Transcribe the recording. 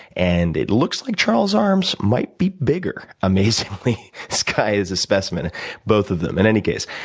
and it looks like charles's arms might be bigger, amazingly. this guy is a specimen both of them. in any case,